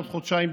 עוד חודשיים,